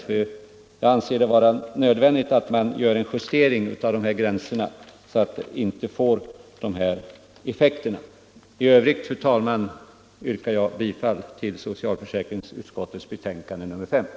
Jag har ansett det vara nödvändigt att man gör en justering av dessa gränser, så att vi inte får dessa effekter. Fru talman! I övrigt yrkar jag bifall till utskottets hemställan i socialförsäkringsutskottets betänkande nr S.